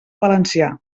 valencià